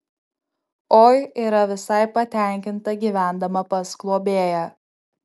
oi yra visai patenkinta gyvendama pas globėją